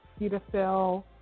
Cetaphil